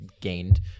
gained